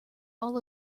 all